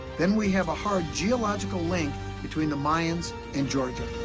then we have a hard geological link between the mayans and georgia.